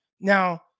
Now